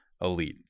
elite